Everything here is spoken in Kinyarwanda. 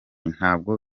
ntabwo